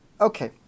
okay